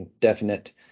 definite